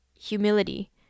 humility